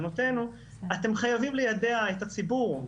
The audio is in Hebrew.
אתם חייבים ליידע את הציבור.